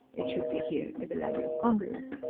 it should be here at the library of congress.